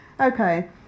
okay